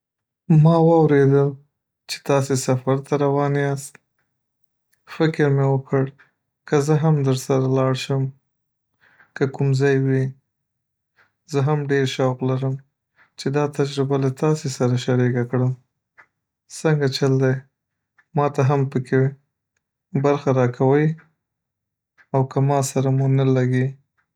ما واورېدل چې تاسې سفر ته روان یاست، فکر مې وکړ که زه هم درسره لاړ شم، که کوم ځای وي؟ زه هم ډېر شوق لرم چې دا تجربه له تاسې سره شریکه کړم څنګه چل دی ماته هم پکې برخه راکوی او که ما سره مو نه لږي؟.